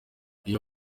iyo